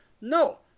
no